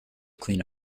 clean